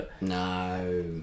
No